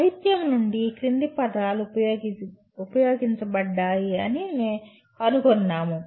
సాహిత్యం నుండి ఈ క్రింది పదాలు ఉపయోగించబడ్డాయి అని కనుగొన్నాము